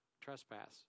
trespass